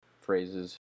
phrases